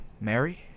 Mary